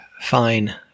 fine